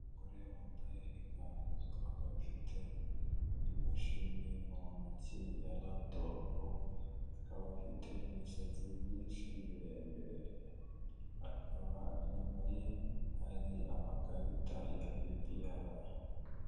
Umugore wambaye ikanzu akaba afite imashini mu ntoki ya raputopu, akaba afite imisatsi myinshi miremire, akaba inyuma ye hari amakarita ya BPR.